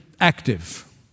active